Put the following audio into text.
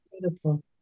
Beautiful